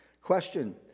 question